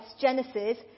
Genesis